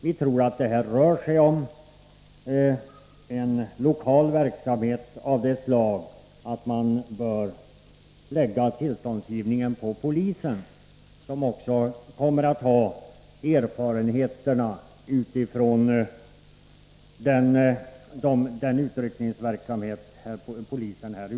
Vi tror att det här rör sig om en lokal verksamhet av det slaget att man bör lägga tillståndsgivningen på polisen, som också har erfarenheterna av den utryckningsverksamhet som polisen bedriver.